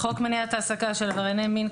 בחוק מניעת העסקה של עברייני מין,